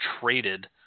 traded